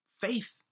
Faith